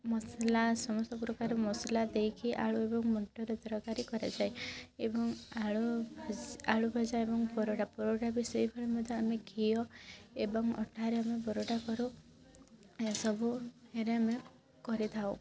ମସଲା ସମସ୍ତ ପ୍ରକାର ମସଲା ଦେଇକି ଆଳୁ ଏବଂ ମଟର ତରକାରୀ କରାଯାଏ ଏବଂ ଆଳୁ ଆଲୁଭଜା ଏବଂ ପରଟା ପରଟା ବି ସେଇଭଳିଆ ମଧ୍ୟ ଆମେ ଘିଅ ଏବଂ ଅଟାରେ ଆମେ ପରଟା କରୁ ଏସବୁରେ ଆମେ କରିଥାଉ